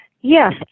yes